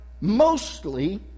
Mostly